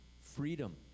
freedom